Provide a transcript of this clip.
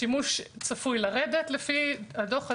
השימוש צפוי לרדת לפי הדוח הזה.